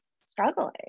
struggling